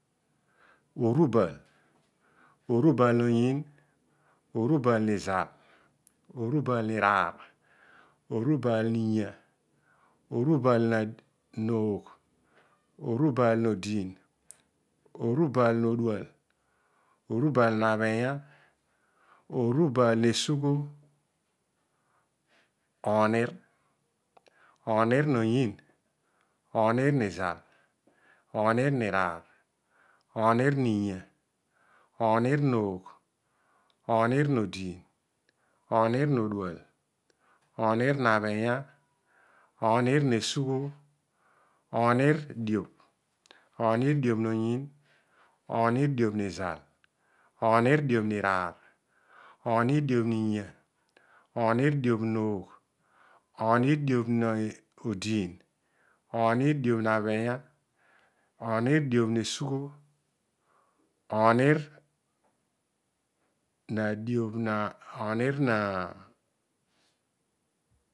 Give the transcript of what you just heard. Erubal. erubal noyiin. erubal nizal. erubal niraar. erubal ninya. erubal noogh. erubal nodiin. erubal nodual. erubal nabhinya. erubal nesugho. oonir. oonir noyiin. oomir nizal. oomir miraar. ooni niiya oonir noogh. oomir nodiin oonir nodual. oomir nabhinya. oomir nesugho. oomir nadiobh. oonir diobh noyiin. oonir diobh nizal. oonir diobh miraar. oomir diobh ninya. oomir diobh noogh. oomir diobh nodiin. oomir diobh nodual. oomir diobh nabhinya. oomir diobh nesugho. oonir